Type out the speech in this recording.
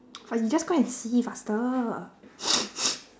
fas~ you just go and see faster